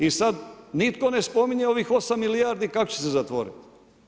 I sad, nitko ne spominje ovih 8 milijardi kako će se zatvoriti.